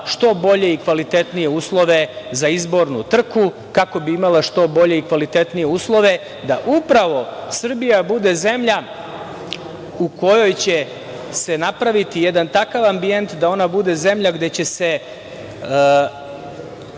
što bolje i kvalitetnije uslove za izbornu trku, kako bi imala što bolje i kvalitetnije uslove da upravo Srbija bude zemlja u kojoj će se napraviti jedan takav ambijent da ona bude zemlja koja će